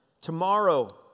Tomorrow